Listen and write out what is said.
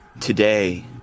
today